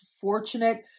fortunate